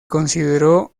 consideró